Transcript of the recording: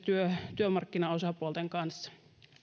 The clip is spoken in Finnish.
työmarkkinaosapuolten kanssa